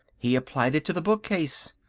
he applied it to the bookcase.